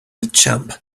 jump